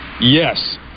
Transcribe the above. Yes